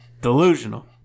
Delusional